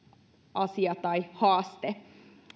asia tai haaste